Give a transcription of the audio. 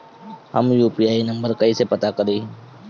हम UPI number कइसे पता करी?